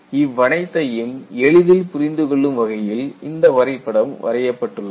இவ்வனைத்தையும் எளிதில் புரிந்து கொள்ளும் வகையில் இந்த வரைபடம் வரையப்பட்டுள்ளது